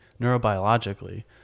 neurobiologically